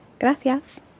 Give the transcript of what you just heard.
Gracias